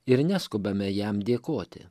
ir neskubame jam dėkoti